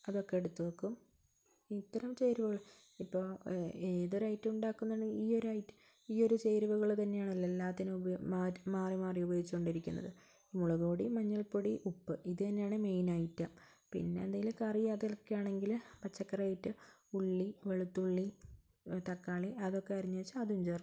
അതൊക്കെ എടുത്തു വയ്ക്കും ഇത്രയും ചേരുവകൾ ഇപ്പോൾ ഏതൊരു ഐറ്റം ഉണ്ടാക്കന്നു ഈ ഒരു ഐറ്റം ഈ ഒരു ചേരുവകൾ തന്നെയാണല്ലോ എല്ലാത്തിനും മാറ്റി മാറി മാറി ഉപയോഗിച്ചു കൊണ്ടിരിക്കുന്നത് മുളകുപൊടി മഞ്ഞൾപ്പൊടി ഉപ്പ് ഇതു തന്നെയാണ് മെയിൻ ഐറ്റം പിന്നെ എന്തെങ്കിലും കറി അതിലൊക്കെ ആണെങ്കിൽ പച്ചക്കറി ഇട്ട് ഉള്ളി വെളുത്തുള്ളി തക്കാളി അതൊക്കെ അറിഞ്ഞ് വച്ച് അതും ചേർക്കും